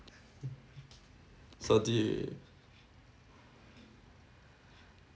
so deep